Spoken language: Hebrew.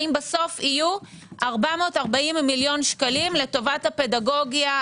האם בסוף יהיו 440 מיליון שקלים לטובת הפדגוגיה,